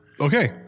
okay